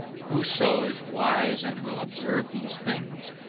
whoso is wise and will observe these things,